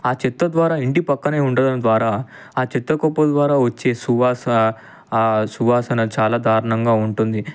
ఆ చెత్త ద్వారా ఇంటి పక్కనే ఉండటం ద్వారా ఆ చెత్తకుప్ప ద్వారా వచ్చే సువాస సువాసన చాలా దారుణంగా ఉంటుంది